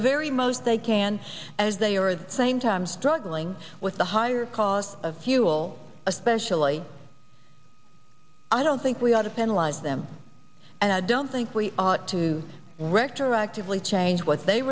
very most they can as they are the same time struggling with the higher cost of fuel especially i don't think we ought to penalize them and i don't think we are to rector actively change what they